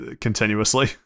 continuously